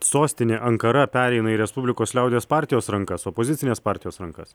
sostinė ankara pereina į respublikos liaudies partijos rankas opozicinės partijos rankas